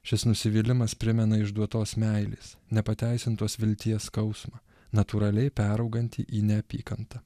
šis nusivylimas primena išduotos meilės nepateisintos vilties skausmą natūraliai peraugantį į neapykantą